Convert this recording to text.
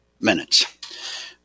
minutes